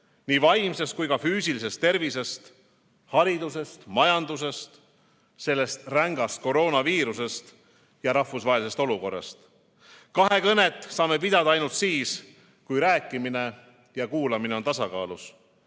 nii vaimsest kui ka füüsilisest tervisest, haridusest, majandusest, sellest rängast koroonaviirusest ja rahvusvahelisest olukorrast. Kahekõnet saame pidada ainult siis, kui rääkimine ja kuulamine on tasakaalus.